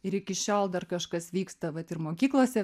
ir iki šiol dar kažkas vyksta vat ir mokyklose